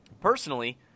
personally